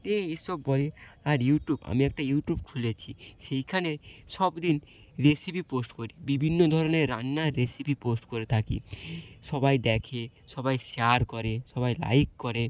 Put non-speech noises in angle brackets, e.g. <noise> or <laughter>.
এই এইসব বলে আর ইউট্যু <unintelligible> আমি একটা ইউটিউব খুলেছি সেইখানে সব দিন রেসিপি পোস্ট করি বিভিন্ন ধরনের রান্নার রেসিপি পোস্ট করে থাকি সবাই দেখে সবাই শেয়ার করে সবাই লাইক করে